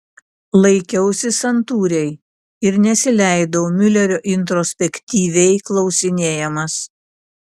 laikiausi santūriai ir nesileidau miulerio introspektyviai klausinėjamas